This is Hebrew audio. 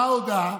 מה ההודעה?